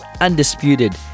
undisputed